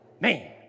Man